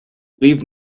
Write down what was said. leave